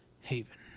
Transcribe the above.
haven